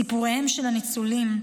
סיפוריהם של הניצולים,